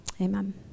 Amen